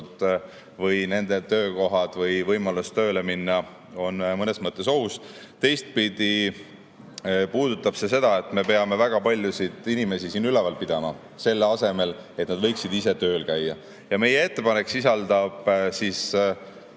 või töökohad või võimalus tööle minna on mõnes mõttes ohus. Teistpidi puudutab see seda, et me peame väga paljusid inimesi üleval pidama, kuigi nad võiksid ise tööl käia. Meie ettepanek sisaldab ajutist